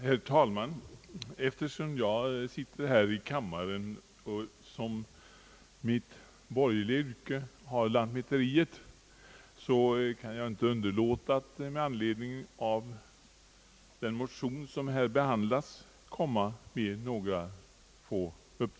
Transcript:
Herr talman! Eftersom jag sitter här i kammaren och i mitt borgerliga yrke sysslar med lantmäteri, kan jag inte underlåta att komma med några uppgifter med anledning av den motion som här behandlas.